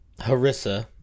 Harissa